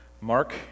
Mark